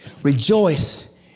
rejoice